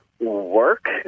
work